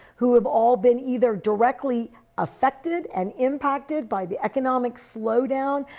who have all been either directly affected and impacted by the economic slowdown.